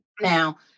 Now